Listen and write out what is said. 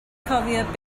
cofio